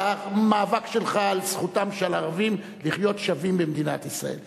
המאבק שלך על זכותם של ערבים לחיות שווים במדינת ישראל.